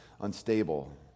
unstable